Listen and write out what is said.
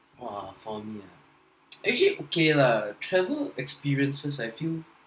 !wah! for me ah actually okay lah travel experiences I feel